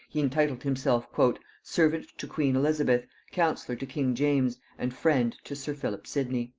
he entitled himself servant to queen elizabeth, councillor to king james, and friend to sir philip sidney.